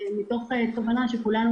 מתוך כוונה שכולנו